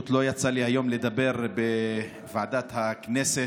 לא יצא לי היום לדבר בוועדת הכנסת